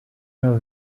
know